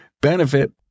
Benefit